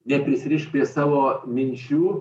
neprisirišk savo minčių